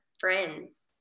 friends